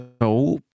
No